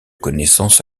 connaissances